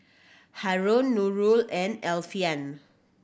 Haron Nurul and Alfian